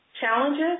challenges